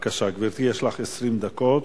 בבקשה, גברתי, יש לך 20 דקות.